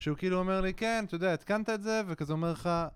שהוא כאילו אומר לי, כן, אתה יודע, התקנת את זה, וכזה אומר לך...